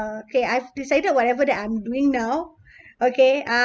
uh okay I've decided whatever that I'm doing now okay uh